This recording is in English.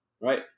Right